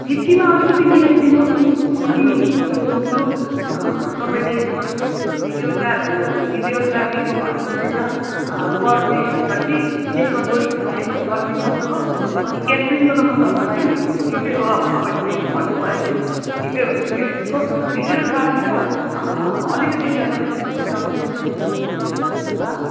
फिफ्टीमा अलिकति मिलाइदिनुहोस् अनि त्यो जो तपाईँले त्यो भिडियोगा भिडियोग्राफीको भन्नुहुँदैछ पर डे थर्ट्टी त्यसमा ट्वेन्टी फाइभ गरिदिनुहोस् हो अनि क्याटरिङको त म तपाईँलाई ठिकै हो अब तपाईँले त्यति भन्नुभयो त्यो ठिकै हुन्छ क्याटरिङको भिडियोग्राफी र अलिकति डेकोरेसनको चाहिँ तपाईँले मिलाइदिनुहोस् न ल